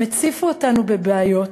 הם הציפו אותנו בבעיות,